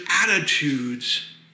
attitudes